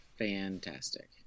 Fantastic